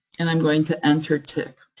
and i'm going to enter tick.